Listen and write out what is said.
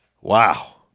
Wow